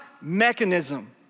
mechanism